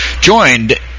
joined